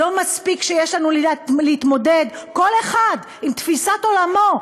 לא מספיק שיש לנו להתמודד כל אחד לפי תפיסת עולמו,